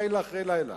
לילה אחרי לילה.